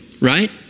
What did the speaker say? right